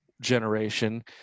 generation